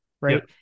right